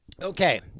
Okay